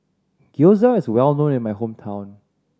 gyoza is well known in my hometown